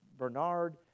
Bernard